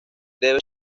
debe